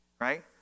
right